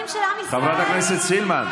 תחזירו, חברת הכנסת סילמן.